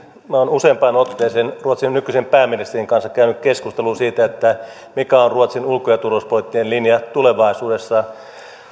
minä olen useampaan otteeseen ruotsin nykyisen pääministerin kanssa käynyt keskustelua siitä mikä on ruotsin ulko ja turvallisuuspoliittinen linja tulevaisuudessa